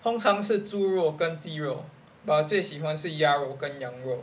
通常是猪肉跟肌肉 but 我最喜欢是鸭肉跟羊肉